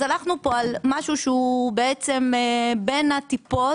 אז אנחנו משהו שמהלך בין הטיפות,